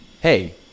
hey